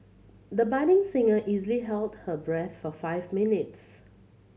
the budding singer easily held her breath for five minutes